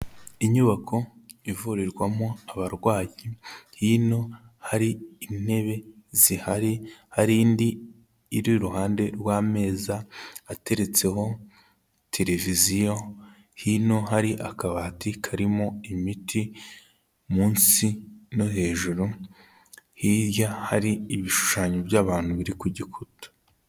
Inyubako ivurirwamo abarwayi, hino hari intebe zihari hari indi iri iruhande rw'ameza ateretseho televiziyo, hino hari akabati karimo imiti munsi no hejuru, hirya hari ibishushanyo by'abantu biri ku gikuta.